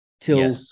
till